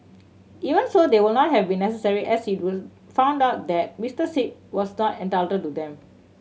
even so they would not have been necessary as it was found out that Mister Sit was not entitled to them